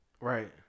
Right